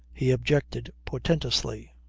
he objected portentously.